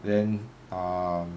then um